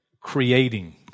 creating